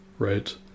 Right